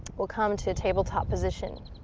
we'll come to tabletop position.